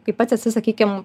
kai pats esi sakykim